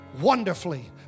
wonderfully